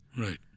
Right